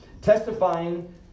Testifying